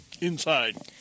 Inside